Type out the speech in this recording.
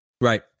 Right